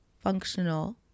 functional